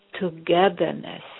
togetherness